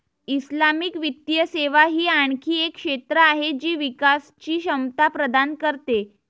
Islamic वित्तीय सेवा ही आणखी एक क्षेत्र आहे जी विकासची क्षमता प्रदान करते